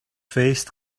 faced